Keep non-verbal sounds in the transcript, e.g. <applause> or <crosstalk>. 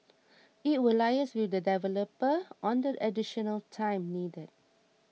<noise> it will liaise with the developer on the additional time needed